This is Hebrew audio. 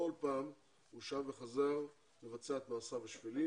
פעם הוא שב וחזר לבצע את מעשיו השפלים.